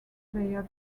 player